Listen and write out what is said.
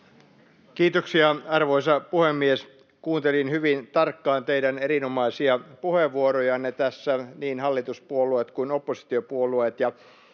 Kiitoksia, arvoisa puhemies! Kuuntelin hyvin tarkkaan teidän erinomaisia puheenvuorojanne — niin hallituspuolueiden kuin oppositiopuolueiden